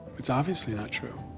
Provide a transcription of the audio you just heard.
it's obviously not true.